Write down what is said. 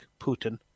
Putin